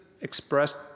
expressed